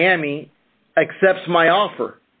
miami accept my offer